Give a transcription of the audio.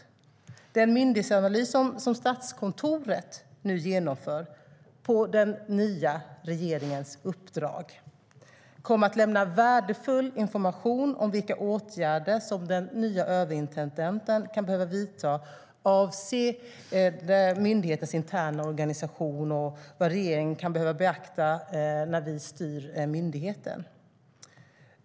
Den myndighetsanalys som Statskontoret nu genomför på den nya regeringens uppdrag kommer att lämna värdefull information om vilka åtgärder som den nya överintendenten kan behöva vidta avseende myndighetens interna organisation och vad regeringen kan behöva beakta när vi styr myndigheten.